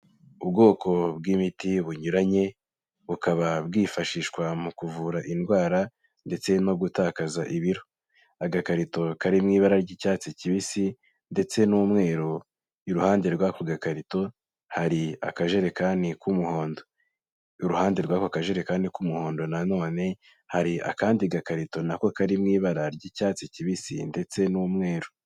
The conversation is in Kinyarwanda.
Ubwoko bw'imiti bunyuranye, bukaba bwifashishwa mu kuvura indwara ndetse no gutakaza ibiro, agakarito kari mu ibara ry'icyatsi kibisi ndetse n'umweru, iruhande rw'ako gakarito hari akajerekani k'umuhondo, iruhande rw'ako kajerekani kandi k'umuhondo nanone hari akandi gakarito nako kari mu ibara ry'icyatsi kibisi ndetse n'umweru.